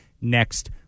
next